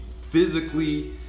physically